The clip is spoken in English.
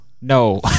No